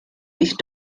ich